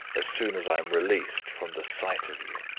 as soon as i am released from the sight of you.